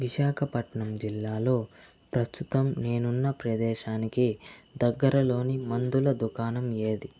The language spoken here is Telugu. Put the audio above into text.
విశాఖపట్నం జిల్లాలో ప్రస్తుతం నేనున్న ప్రదేశానికి దగ్గరలోని మందుల దుకాణం ఏది